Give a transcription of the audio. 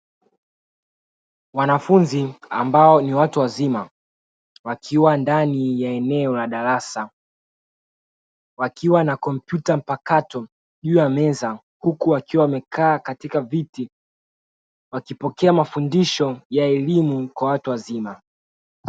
Wanafunzi ambao ni watu wazima wakiwa ndani ya eneo la darasa wakiwa na kompyuta mpakato juu ya meza huku wakiwa wamekaa katika viti wakipokea mafundisho ya elimu kwa watu wazima.